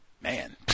man